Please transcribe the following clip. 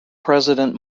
president